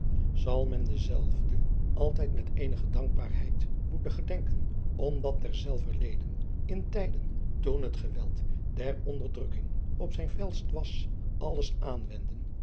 zal men dezelve altijd met eenige dankbaarheid moeten gedenken omdat derzelver leden in tijden toen het geweld der onderdrukking op zijn felst was alles